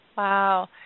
Wow